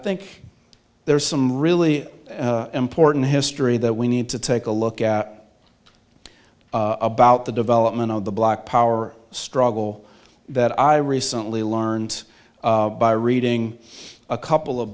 think there's some really important history that we need to take a look at about the development of the black power struggle that i recently learned by reading a couple of